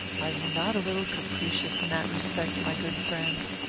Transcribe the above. are you not a little capricious in that respect, my good friend?